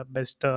Best